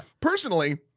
Personally